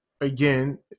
Again